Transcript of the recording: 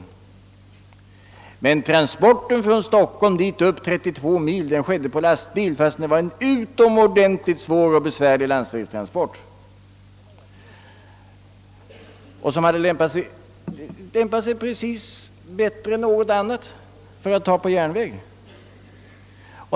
Leveransen de 32 milen från Stockholm skedde emellertid med lastbil på landsvägen, trots att det var fråga om en utomordentligt besvärlig transport, som hade lämpat sig bättre än någon annan att ta på järnväg.